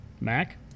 Mac